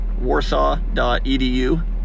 warsaw.edu